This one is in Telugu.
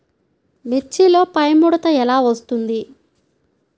మిర్చిలో పైముడత ఎలా వస్తుంది?